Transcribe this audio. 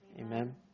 amen